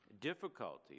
difficulty